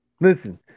Listen